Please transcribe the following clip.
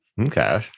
Okay